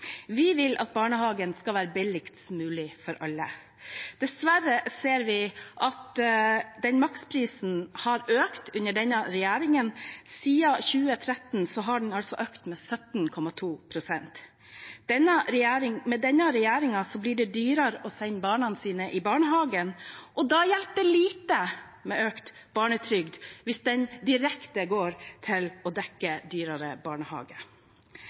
Vi vil at barnehagen skal være billigst mulig for alle. Dessverre ser vi at maksprisen har økt under denne regjeringen – siden 2013 har den økt med 17,2 pst. Med denne regjeringen blir det dyrere å sende barna sine i barnehage, og da hjelper det lite med økt barnetrygd hvis den går direkte til å dekke dyrere barnehage.